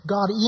God